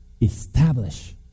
establish